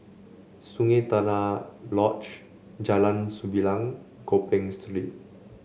Sungei Tengah Lodge Jalan Sembilang Gopeng Street